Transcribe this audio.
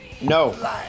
No